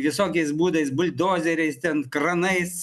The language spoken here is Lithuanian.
visokiais būdais buldozeriais ten kranais